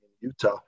Utah